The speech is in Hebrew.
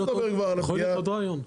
יש עוד רעיון,